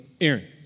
Aaron